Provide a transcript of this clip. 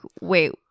wait